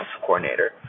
coordinator